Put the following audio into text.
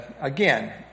again